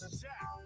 jack